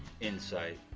insight